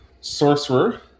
sorcerer